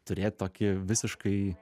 turėt tokį visiškai